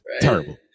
terrible